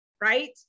right